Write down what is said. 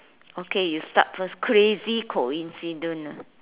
okay you start first crazy coincidence